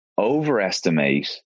overestimate